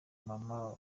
mama